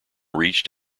reached